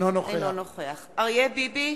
אינו נוכח אריה ביבי,